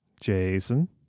Jason